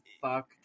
fuck